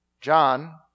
John